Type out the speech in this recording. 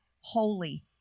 holy